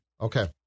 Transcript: Okay